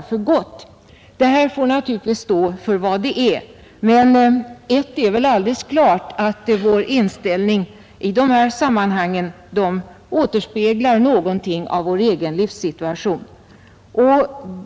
Dessa slutledningar får naturligtvis stå för vad de är, men ett är väl alldeles klart: vår inställning till u-hjälp återspeglar någonting av vår egen livssituation.